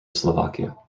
slovakia